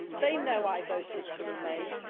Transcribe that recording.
they know i voted to remain.